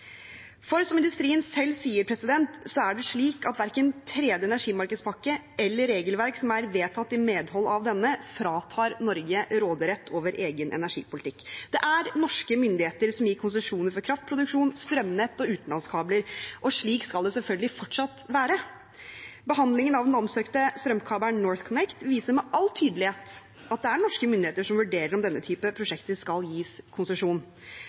For, som industrien selv sier, det er slik at verken tredje energimarkedspakke eller regelverk som er vedtatt i medhold av denne, fratar Norge råderett over egen energipolitikk. Det er norske myndigheter som gir konsesjoner for kraftproduksjon, strømnett og utenlandskabler, og slik skal det selvfølgelig fortsatt være. Behandlingen av den omsøkte strømkabelen NorthConnect viser med all tydelighet at det er norske myndigheter som vurderer om denne typen prosjekter skal gis konsesjon.